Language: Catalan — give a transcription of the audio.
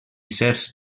certs